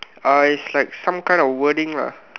uh it's like some kind of wording lah